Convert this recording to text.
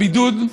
בבידוד.